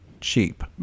cheap